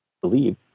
believe